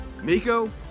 Miko